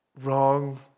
wrong